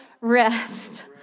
rest